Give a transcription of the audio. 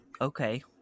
okay